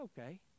okay